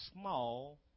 small